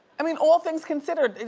i mean, all things considered,